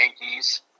Yankees